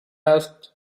asked